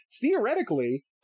Theoretically